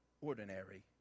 ordinary